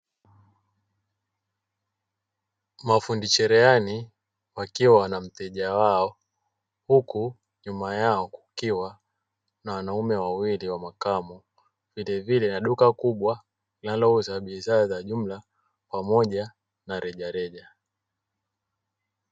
Mafundi cherehani wakiwa na mteja wao huku nyuma yao kukiwa na wanaume wawili wa makamo, vilevile na duka kubwa linalouza bidhaa za jumla pamoja na rejareja.